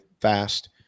fast